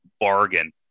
bargain